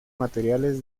materiales